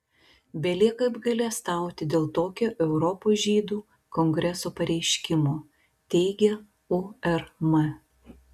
belieka apgailestauti dėl tokio europos žydų kongreso pareiškimo teigia urm